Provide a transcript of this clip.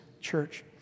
church